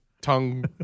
tongue